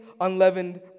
unleavened